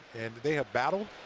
and they have battled,